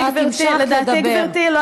גברתי,